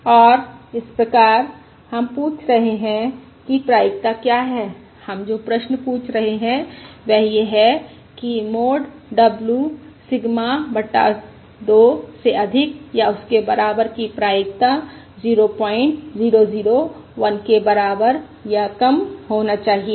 और अब इसप्रकार हम पूछ रहे हैं कि प्रायिकता क्या है हम जो प्रश्न पूछ रहे हैं वह यह है कि मोड w सिग्मा बटा 2 से अधिक या उसके बराबर की प्रायिकता 0001 के बराबर या कम होना चाहिए